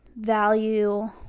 value